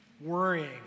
worrying